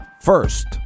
first